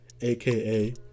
aka